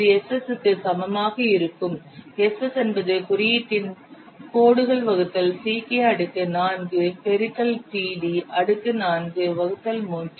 இது Ss க்கு சமமாக இருக்கும் Ss என்பது குறியீட்டின் கோடுகள் வகுத்தல் Ck அடுக்கு 4 பெருக்கல் td அடுக்கு 4 வகுத்தல் 3